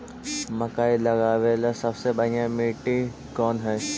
मकई लगावेला सबसे बढ़िया मिट्टी कौन हैइ?